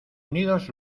unidos